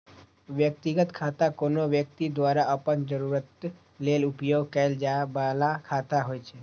व्यक्तिगत खाता कोनो व्यक्ति द्वारा अपन जरूरत लेल उपयोग कैल जाइ बला खाता होइ छै